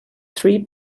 three